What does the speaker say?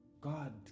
God